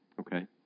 Okay